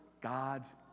God's